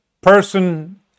person